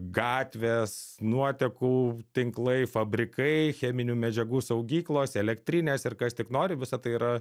gatvės nuotekų tinklai fabrikai cheminių medžiagų saugyklos elektrinės ir kas tik nori visa tai yra